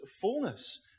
fullness